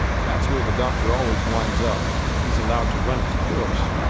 that's where the doctor always winds up, if he's allowed to run his course.